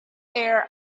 air